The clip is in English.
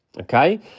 Okay